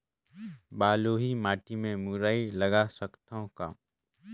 बलुही माटी मे मुरई लगा सकथव का?